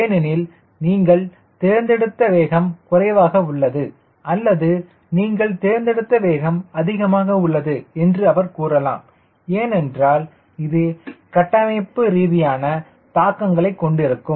ஏனெனில் நீங்கள் தேர்ந்தெடுத்த வேகம் குறைவாக உள்ளது அல்லது நீங்கள் தேர்ந்தெடுத்த வேகம் அதிகமாக உள்ளது என்று அவர் கூறலாம் ஏனென்றால் இது கட்டமைப்பு ரீதியான தாக்கங்களைக் கொண்டிருக்கும்